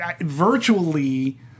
virtually